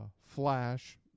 Flash